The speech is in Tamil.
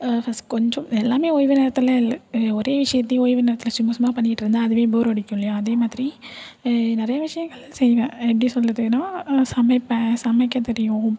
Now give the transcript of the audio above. ஃபஸ்ட் கொஞ்சம் எல்லாமே ஓய்வு நேரத்தில் இல்லை ஒரே விஷயத்தையே ஓய்வு நேரத்தில் சும்மா சும்மா பண்ணிக்கிட்டு இருந்தால் அதுவே போர் அடிக்கும் இல்லையா அதேமாதிரி நிறைய விஷயங்கள் செய்வேன் எப்படி சொல்கிறதுனா சமைப்பேன் சமைக்க தெரியும்